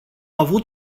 avut